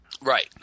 Right